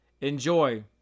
Enjoy